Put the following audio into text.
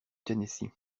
tennessee